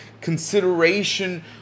consideration